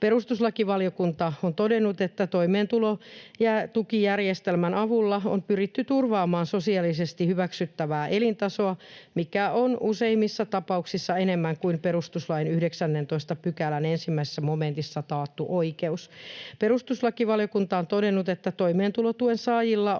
Perustuslakivaliokunta on todennut, että toimeentulo- ja tukijärjestelmän avulla on pyritty turvaamaan sosiaalisesti hyväksyttävää elintasoa, mikä on useimmissa tapauksissa enemmän kuin perustuslain 19 §:n 1 momentissa taattu oikeus. Perustuslakivaliokunta on todennut, että toimeentulotuen saajilla on